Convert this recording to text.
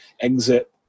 exit